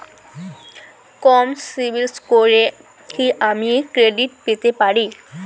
কম সিবিল স্কোরে কি আমি ক্রেডিট পেতে পারি?